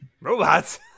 Robots